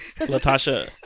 Latasha